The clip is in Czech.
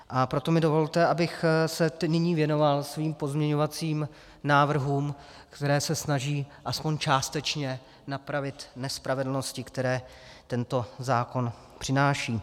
A proto mi dovolte, abych se nyní věnoval svým pozměňovacím návrhům, které se snaží aspoň částečně napravit nespravedlnosti, které tento zákon přináší.